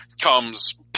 comes